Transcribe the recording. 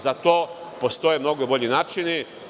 Za to postoje mnogo bolji načini.